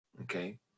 okay